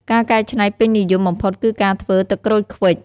ការកែច្នៃពេញនិយមបំផុតគឺការធ្វើ ទឹកក្រូចឃ្វិច។